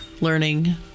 Learning